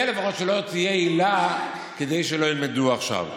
זה לפחות שלא תהיה עילה כדי שלא ילמדו עכשיו.